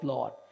Lord